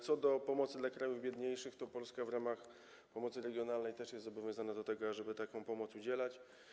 Co do pomocy dla krajów biedniejszych, to Polska w ramach pomocy regionalnej jest też zobowiązana do tego, ażeby takiej pomocy udzielać.